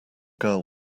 girl